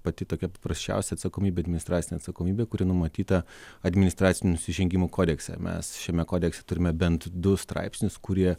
pati tokia paprasčiausia atsakomybė administracinė atsakomybė kuri numatyta administracinių nusižengimų kodekse mes šiame kodekse turime bent du straipsnius kurie